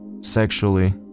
sexually